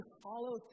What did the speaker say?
follow